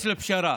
מתכנס לפשרה.